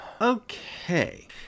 okay